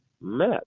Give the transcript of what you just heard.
met